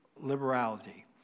liberality